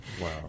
Wow